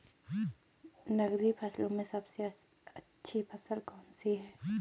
नकदी फसलों में सबसे अच्छी फसल कौन सी है?